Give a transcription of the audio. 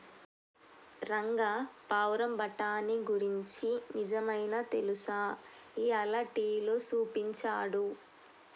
రంగా పావురం బఠానీ గురించి నిజమైనా తెలుసా, ఇయ్యాల టీవీలో సూపించాడు